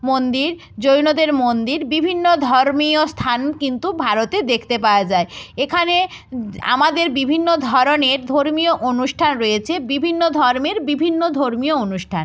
মন্দির জৈনদের মন্দির বিভিন্ন ধর্মীয় স্থান কিন্তু ভারতে দেখতে পাওয়া যায় এখানে আমাদের বিভিন্ন ধরনের ধর্মীয় অনুষ্ঠান রয়েছে বিভিন্ন ধর্মের বিভিন্ন ধর্মীয় অনুষ্ঠান